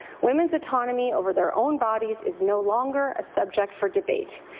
women's autonomy over their own bodies is no longer a subject for debate.